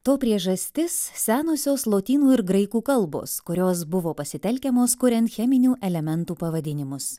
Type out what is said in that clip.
to priežastis senosios lotynų ir graikų kalbos kurios buvo pasitelkiamos kuriant cheminių elementų pavadinimus